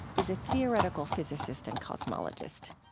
is a theoretical physicist and cosmologist.